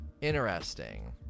Interesting